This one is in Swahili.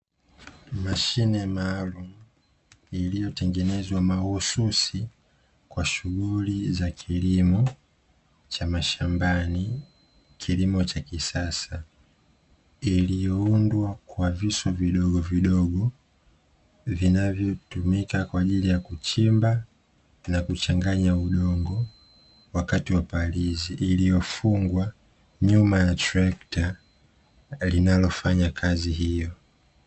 Mashine maalum iliyotengenezwa mahususi kwa shughuli za kilimo cha mashambani kilimo cha kisasa, ilioundwa kwa visu vidogovidogo vinavyotumika kwa ajili ya kuchimba na kuchanganya udongo wakati wa palizi iliyofungwa nyuma ya treka linalofanya kazi hiyo.